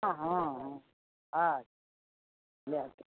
हँ हँ हँ दए देबै